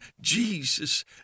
Jesus